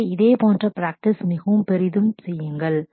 எனவே இதே போன்ற பிராக்டிஸ் practice மிகவும் பெரிதும் செய்யுங்கள்